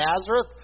Nazareth